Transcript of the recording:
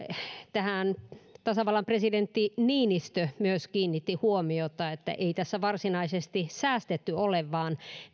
tähän myös tasavallan presidentti niinistö kiinnitti huomiota että ei tässä varsinaisesti säästetty ole vaan